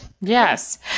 Yes